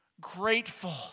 Grateful